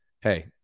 hey